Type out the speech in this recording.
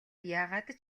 яагаад